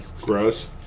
gross